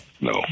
No